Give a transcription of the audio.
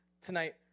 Tonight